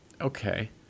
okay